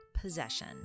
possession